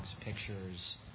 pictures